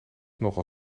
nogal